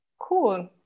Cool